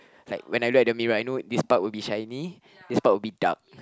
like when I look at the mirror I know this part will be shiny this part will be dark